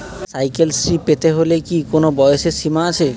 Cycle Shri পেতে হলে কি কোনো বয়সের সীমা আছে?